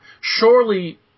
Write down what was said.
Surely